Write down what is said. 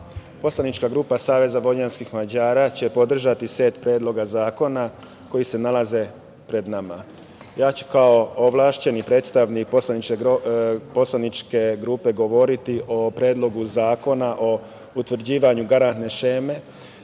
poslanička grupa SVM će podržati set predloga zakona koji se nalaze pred nama. Kao ovlašćeni predstavnik poslaničke grupe govoriti o Predlogu zakona o utvrđivanju garantne šeme,